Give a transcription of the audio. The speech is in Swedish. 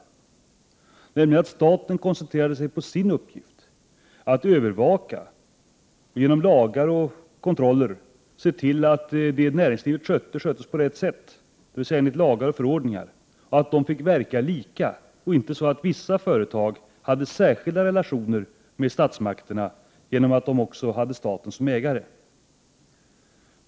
105 Staten skulle alltså koncentrera sig på sin uppgift, att övervaka och se till att det näringslivet sköter sköts på rätt sätt, dvs. enligt lagar och förordningar. Staten skulle även se till att företagen fick verka på lika villkor. Det skall inte vara så att vissa företag har särskilda relationer till statsmakterna, genom att de har staten som ägare.